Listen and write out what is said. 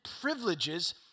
privileges